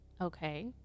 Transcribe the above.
Okay